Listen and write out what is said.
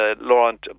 Laurent